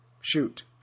shoot